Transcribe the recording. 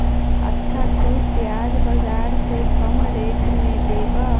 अच्छा तु प्याज बाजार से कम रेट में देबअ?